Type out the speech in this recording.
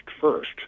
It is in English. first